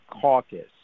caucus